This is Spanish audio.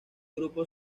grupo